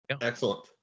Excellent